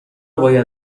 باید